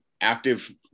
active